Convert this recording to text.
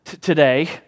today